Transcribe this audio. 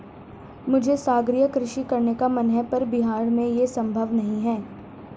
मुझे सागरीय कृषि करने का मन है पर बिहार में ये संभव नहीं है